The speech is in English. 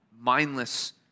mindless